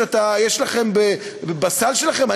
שיש לכם בסל שלכם?